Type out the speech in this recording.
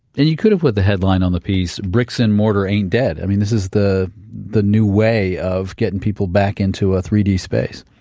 and you could've put the headline on the piece bricks and mortar ain't dead. i mean this is the the new way of getting people back into a three d space.